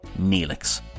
Neelix